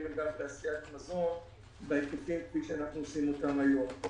תעשיית מזון בהיקפים כפי שאנחנו עושים אותם היום.